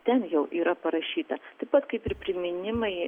ten jau yra parašyta taip pat kaip ir priminimai